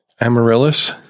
Amaryllis